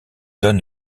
donne